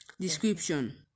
Description